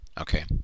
okay